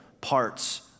parts